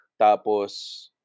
tapos